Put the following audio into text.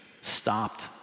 stopped